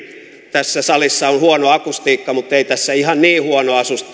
tässä salissa on huono akustiikka mutta ei tässä ihan niin huono